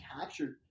captured